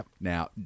now